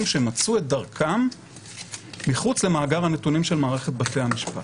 שמצאו את דרכם מחוץ למאגר הנתונים של מערכת בתי המשפט.